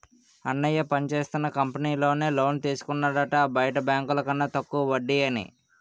అన్నయ్య పనిచేస్తున్న కంపెనీలో నే లోన్ తీసుకున్నాడట బయట బాంకుల కన్న తక్కువ వడ్డీ అని